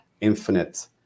infinite